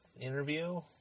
interview